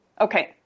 Okay